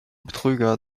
betrüger